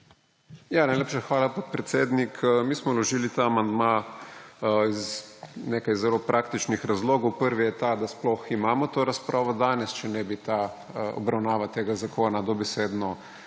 Najlepša hvala, podpredsednik. Mi smo vložili ta amandma iz nekaj zelo praktičnih razlogov. Prvi je ta, da sploh imamo to razpravo danes, v nasprotnem primeru bi obravnava tega zakona dobesedno